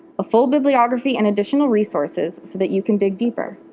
a full bibliography and additional resources so that you can dig deeper.